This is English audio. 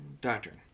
doctrine